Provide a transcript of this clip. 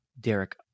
Derek